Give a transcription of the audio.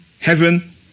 Heaven